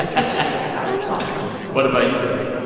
like which is it? i don't know what about you, jody?